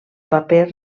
paper